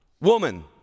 Woman